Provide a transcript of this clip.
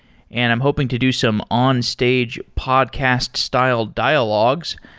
and i'm hoping to do some on-stage podcast-style dialogues.